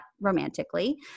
romantically